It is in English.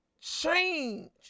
change